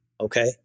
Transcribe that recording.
Okay